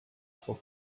for